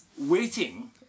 waiting